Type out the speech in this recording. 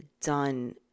done